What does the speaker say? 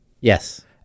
Yes